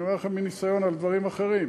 אני אומר לכם מניסיון בדברים אחרים.